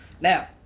Now